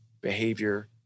behavior